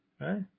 Right